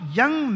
young